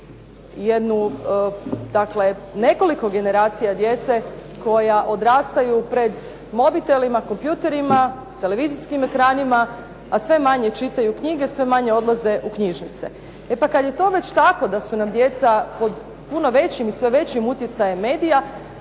nekoliko generacija djece koja odrastaju pred mobitelima, kompjutorima, televizijskim ekranima, a sve manje čitaju knjige, sve manje odlaze u knjižnice. E pa kad je to već tako da su nam djeca pod puno većim i sve većim utjecajem medija,